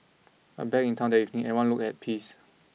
but back in town that evening everyone looked at peace